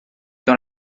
dans